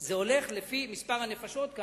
זה הולך לפי מספר הנפשות.